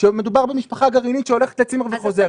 כאשר מדובר במשפחה גרעינית שהולכת לצימר וחוזרת.